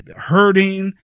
hurting